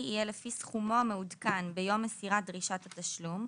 יהיה לי סכומי המעודכן ביום מסירת דרישת התשלום,